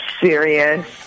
serious